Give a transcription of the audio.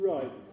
Right